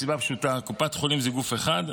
מסיבה פשוטה: קופת חולים זה גוף אחד,